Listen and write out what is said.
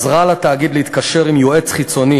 עזרה לתאגיד להתקשר עם יועץ חיצוני